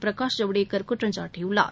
பிரகாஷ் ஜவ்டேகர் குற்றம் சாட்டியுள்ளார்